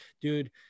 dude